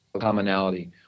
commonality